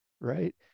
right